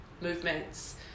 movements